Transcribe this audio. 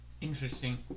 interesting